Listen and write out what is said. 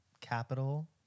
capital